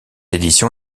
édition